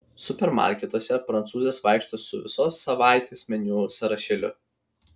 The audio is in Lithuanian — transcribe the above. supermarketuose prancūzės vaikšto su visos savaitės meniu sąrašėliu